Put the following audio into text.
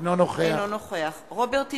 אינו נוכח רוברט טיבייב,